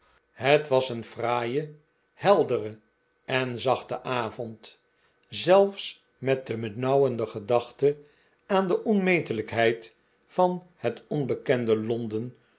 het was een fraaie heldere en zachte avond zelfs met de benauwende gedachte aan de onmetelijkheid van het onbekende londen